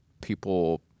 people